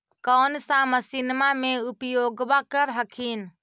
कौन सा मसिन्मा मे उपयोग्बा कर हखिन?